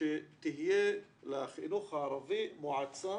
שתהיה לחינוך הערבי מועצה